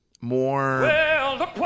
more